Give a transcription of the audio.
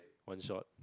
one shot